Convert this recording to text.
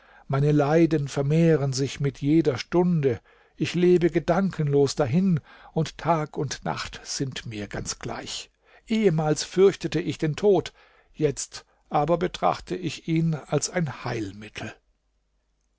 meine leiden vermehren sich mit jeder stunde ich lebe gedankenlos dahin und tag und nacht sind mir ganz gleich ehemals fürchtete ich den tod jetzt aber betrachte ich ihn als ein heilmittel